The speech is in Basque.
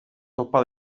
topa